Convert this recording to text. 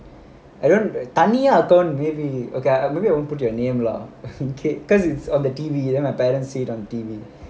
I don't தனியா:thaniyaa account okay maybe I won't put your name lah because it's on the T_V then my parents see it on T_V